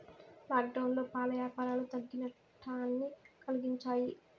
లాక్డౌన్లో పాల యాపారాలు తగ్గి నట్టాన్ని కలిగించాయి